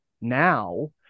now